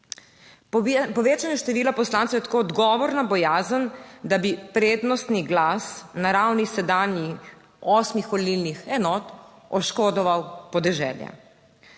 Povečanje števila poslancev je tako odgovor na bojazen, da bi prednostni glas na ravni sedanjih osmih volilnih enot, oškodoval podeželje.